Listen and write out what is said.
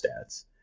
stats